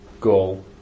goal